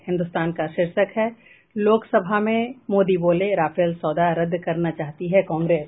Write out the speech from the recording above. हिन्दुस्तान का शीर्षक है लोकसभा में मोदी बोले राफेल सौदा रद्द कराना चाहती है कांग्रेस